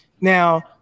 Now